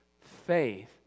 faith